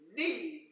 need